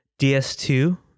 ds2